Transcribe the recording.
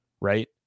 Right